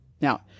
Now